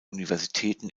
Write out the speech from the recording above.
universitäten